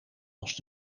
als